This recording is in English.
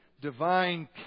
divine